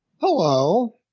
Hello